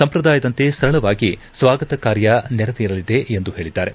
ಸಂಪ್ರದಾಯದಂತೆ ಸರಳವಾಗಿ ಸ್ವಾಗತ ಕಾರ್ಯ ನೆರವೇರಲಿದೆ ಎಂದು ಹೇಳಿದ್ದಾರೆ